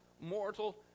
mortal